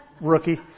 rookie